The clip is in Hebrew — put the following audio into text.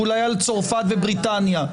ואולי על צרפת ובריטניה.